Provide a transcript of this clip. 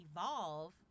evolve